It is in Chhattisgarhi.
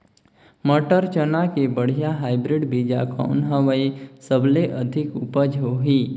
मटर, चना के बढ़िया हाईब्रिड बीजा कौन हवय? सबले अधिक उपज होही?